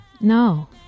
No